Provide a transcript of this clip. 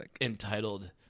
entitled